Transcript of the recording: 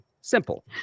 Simple